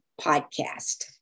podcast